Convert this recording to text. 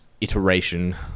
iteration